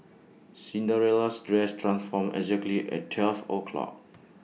Cinderella's dress transformed exactly at twelve o'clock